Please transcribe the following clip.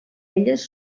elles